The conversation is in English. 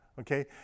okay